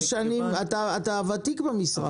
אתה ותיק במשרד.